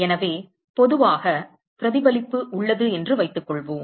எனவே பொதுவாக பிரதிபலிப்பு உள்ளது என்று வைத்துக்கொள்வோம்